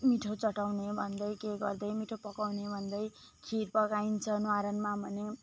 मिठो चटाउने भन्दै के गर्दै मिठो पकाउने भन्दै खिर पकाइन्छ न्वारानमा भने